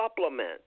supplement